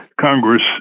Congress